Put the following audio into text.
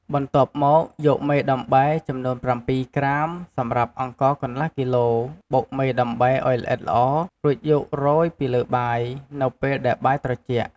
បន្ទាប់មកយកមេដំបែ ចំនួន៧ក្រាមសម្រាប់អង្ករកន្លះគីឡូ បុកមេដំបែឱ្យល្អិតល្អ រួចយករោយពីលើបាយ នៅពេលដែលបាយត្រជាក់។